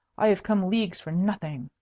i have come leagues for nothing.